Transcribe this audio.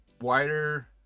wider